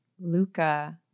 Luca